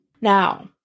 Now